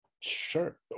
sure